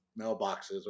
mailboxes